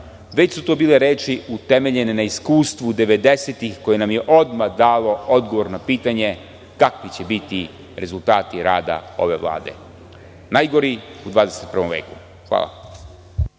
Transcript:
već su to bile reči utemeljene na iskustvu 90-tih koje nam je odmah dalo odgovor na pitanje – kakvi će biti rezultati rada ove Vlade. Najgori u 21. veku.